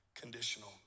conditional